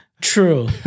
True